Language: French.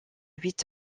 huit